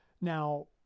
Now